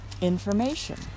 information